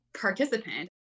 participant